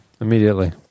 Immediately